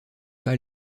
pas